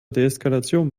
deeskalation